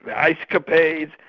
icecapades,